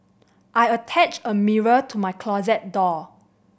I attached a mirror to my closet door